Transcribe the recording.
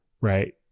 right